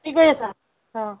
কি কৰি আছা অঁ